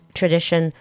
tradition